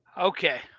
Okay